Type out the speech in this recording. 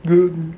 good